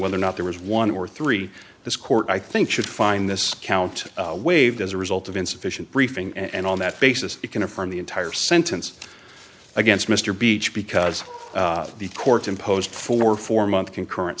whether or not there was one or three this court i think should find this count waived as a result of insufficient briefing and on that basis you can affirm the entire sentence against mr beach because the court imposed for four month concurren